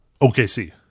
OKC